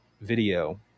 video